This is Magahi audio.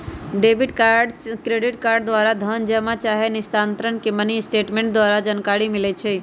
डेबिट चाहे क्रेडिट कार्ड द्वारा धन जमा चाहे निस्तारण के मिनीस्टेटमेंट द्वारा जानकारी मिलइ छै